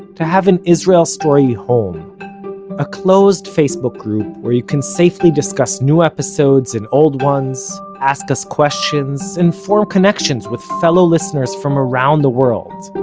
to have an israel story home a closed facebook group where you can safely discuss new episodes and old ones, ask us questions, and form connections with fellow listeners from around the world.